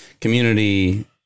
community